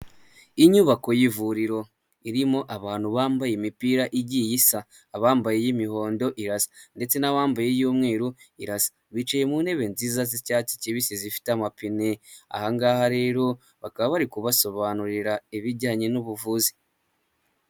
Inyubako y'ivuriro irimo abantu bambaye imipira igiye isa, abambaye iy'imihondo irasa, ndetse n'abambaye iy'umweru irasa, bicaye mu ntebe nziza z'icyatsi kibisi zifite amapine. Ahangaha rero bakaba bari kubasobanurira ibijyanye n'ubuvuzi.